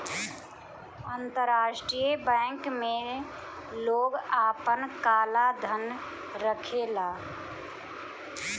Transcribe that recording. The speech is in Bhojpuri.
अंतरराष्ट्रीय बैंक में लोग आपन काला धन रखेला